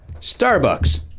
Starbucks